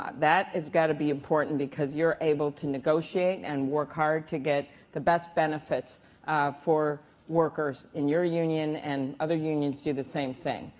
um that has got to be important, because you're able to negotiate and work hard to get the best benefits for workers in your union, and other unions do the same thing.